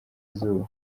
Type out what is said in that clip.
izuba